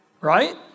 Right